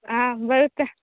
ಹಾಂ ಬರುತ್ತೆ